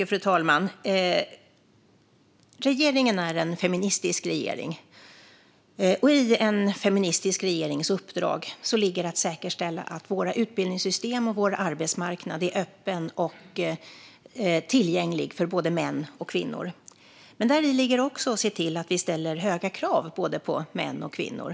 Fru talman! Regeringen är en feministisk regering, och i en feministisk regerings uppdrag ligger att säkerställa att våra utbildningssystem och vår arbetsmarknad är öppen och tillgänglig för både män och kvinnor. Men däri ligger också att se till att vi ställer höga krav på både män och kvinnor.